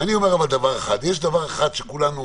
אבל יש דבר אחד שכולנו